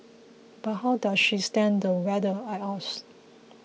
but how does she stand the weather I ask